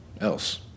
else